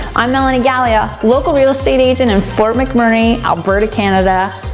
i'm melanie galea, local real estate agent in fort mcmurray, alberta, canada.